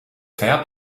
fair